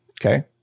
Okay